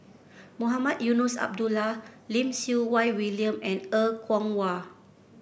Mohamed Eunos Abdullah Lim Siew Wai William and Er Kwong Wah